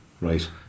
right